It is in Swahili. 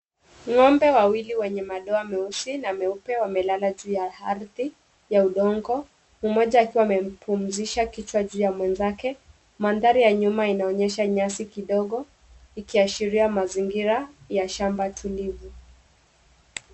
Ng'ombe wawili wenye madoa meusi na meupe wamelala juu ya ardhi ya udongo. Mmoja akiwa amepumzisha kichwa juu ya mwenzake. Mandhari ya nyuma inaonyesha nyasi kidogo, ikiashiria mazingira ya shamba tulivu.